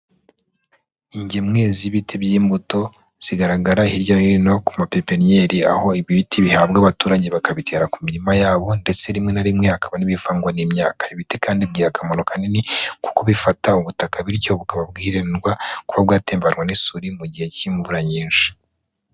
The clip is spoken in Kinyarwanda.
Ingemwe z'ibiti by'imbuto zigaragara hirya no hino ku mapipeniyeri, aho ibi biti bihabwa abaturage bakabitera ku mirima yabo ndetse rimwe na rimwe hakaba n'ibivangwa n'imyaka, ibiti kandi bigira akamaro kanini kuko kubifata ubutaka, bityo bukaba bwirindwa kuba bwatembanwa n'isuri mu gihe cy'imvura nyinshi.